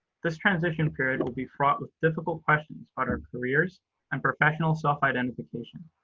this transition period will be fraught with difficult questions about our careers and professional self-identification.